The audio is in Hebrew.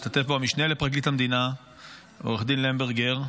השתתף בו המשנה לפרקליט המדינה עו"ד למברגר,